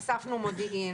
אספנו מודיעין.